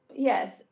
Yes